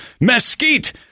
mesquite